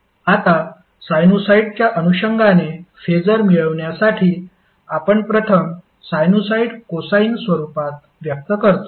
आता साइनुसॉईडच्या अनुषंगाने फेसर मिळविण्यासाठी आपण प्रथम साइनुसॉईड कोसाइन स्वरूपात व्यक्त करतो